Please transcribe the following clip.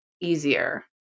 easier